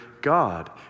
God